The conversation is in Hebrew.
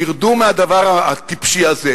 תרדו מהדבר הטיפשי הזה.